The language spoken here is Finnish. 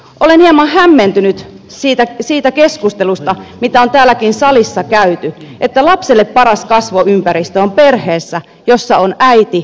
olen hieman hämmentynyt siitä keskustelusta mitä on täällä salissakin käyty että lapselle paras kasvuympäristö on perheessä jossa on äiti ja isä